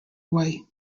wei